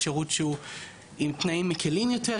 שירות שהוא עם תנאים מקלים יותר,